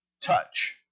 touch